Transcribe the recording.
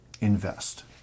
invest